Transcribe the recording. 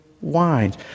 Wines